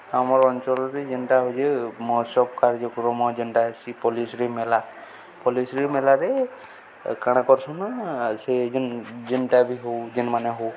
ଆମର୍ ଅଞ୍ଚଳରେ ଯେନ୍ଟା ହଉଛେ ମହୋତ୍ସବ୍ କାର୍ଯ୍ୟକ୍ରମ ଯେନ୍ଟା ଆସି ପଲ୍ଲୀଶ୍ରୀ ମେଲା ପଲ୍ଲୀଶ୍ରୀ ମେଲାରେ କାଣା କର୍ସନ୍ ସେ ଯେନ୍ ଯେନ୍ଟା ବି ହଉ ଯେନ୍ମାନେ ହଉ